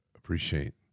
appreciate